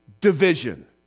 division